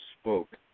spoke